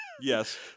Yes